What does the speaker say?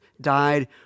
died